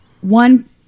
One